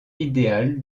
idéal